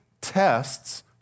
tests